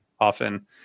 often